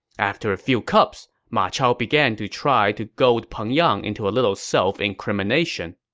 after a few cups, ma chao began to try to goad peng yang into a little self-incrimination